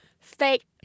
fake